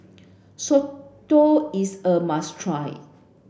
Soto is a must try